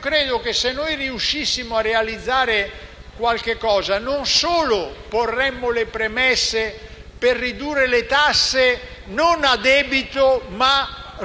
Credo che se noi riuscissimo a realizzare qualcosa, non solo porremmo le premesse per ridurre le tasse, non a debito, ma